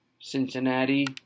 Cincinnati